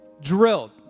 drilled